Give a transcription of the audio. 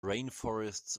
rainforests